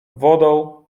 wodą